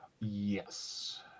Yes